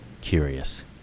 Curious